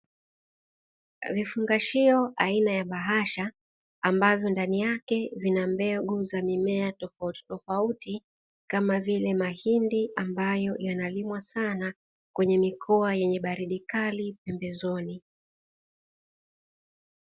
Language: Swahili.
Vifungashio aina ya bahasha ambavyo ndani yake zina mbegu za mimea tofautitofauti. Kama vile mahindi ambayo yanalimwa sana kwenye mikoa yenye baridi kali pembezoni.